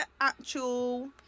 actual